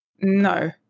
no